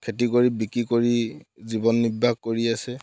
খেতি কৰি বিক্ৰী কৰি জীৱন নিৰ্বাহ কৰি আছে